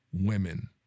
women